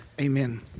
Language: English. amen